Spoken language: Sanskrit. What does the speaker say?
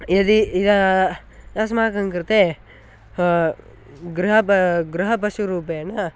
यदि इदम् अस्माकं कृते गृहं गृहपशुरूपेण